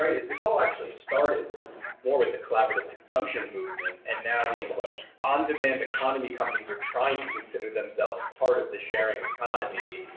right? is this all actually started more with a collaborative consumption movement, and now these on-demand economy companies are trying to consider themselves part of the sharing economy,